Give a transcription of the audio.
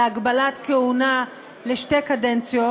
להגבלת כהונה לשתי קדנציות,